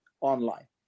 online